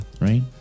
Right